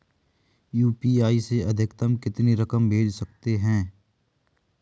UPI से अधिकतम कितनी रकम भेज सकते हैं?